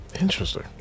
interesting